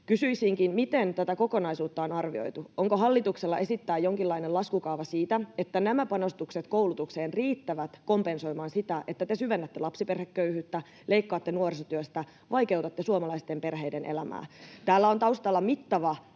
Kysyisinkin: Miten tätä kokonaisuutta on arvioitu? Onko hallituksella esittää jonkinlainen laskukaava siitä, että nämä panostukset koulutukseen riittävät kompensoimaan sitä, että te syvennätte lapsiperheköyhyyttä, leikkaatte nuorisotyöstä, vaikeutatte suomalaisten perheiden elämää? Täällä on taustalla mittava